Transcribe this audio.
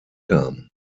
kam